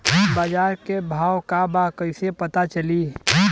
बाजार के भाव का बा कईसे पता चली?